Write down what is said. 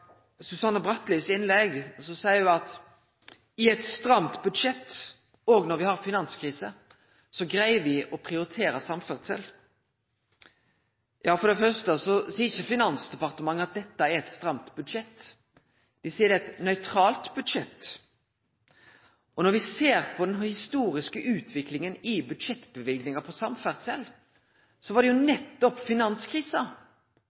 Susanne Bratlis innlegg. Ho seier at i eit stramt budsjett, òg når me har finanskrise, greier me å prioritere samferdsel. For det første seier ikkje Finansdepartementet at dette er eit stramt budsjett. Dei seier det er eit nøytralt budsjett. Og når me ser på den historiske utviklinga i budsjettløyvingar til samferdsel, var det jo